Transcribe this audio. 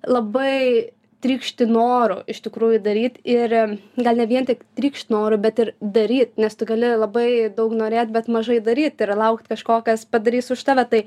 labai trykšti noru iš tikrųjų daryt ir gal ne vien tik trykšt noru bet ir daryt nes tu gali labai daug norėt bet mažai daryt ir laukt kažko kas padarys už tave tai